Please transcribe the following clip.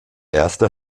erster